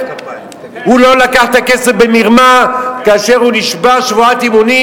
הוא לא לקח את הכסף במרמה כאשר הוא נשבע שבועת אמונים